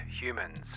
humans